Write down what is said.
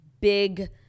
big